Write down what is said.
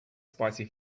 spicy